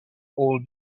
all